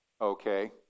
Okay